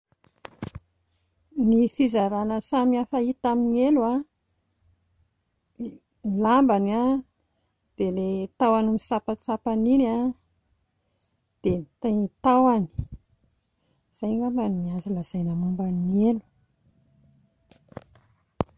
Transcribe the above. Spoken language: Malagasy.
Ny fizarana samihafa hita amin'ny elo a, ny lambany a, dia ilay tahony misampantsampana iny a, dia ny tahony, izay angamba no azo lazaina momba ny elo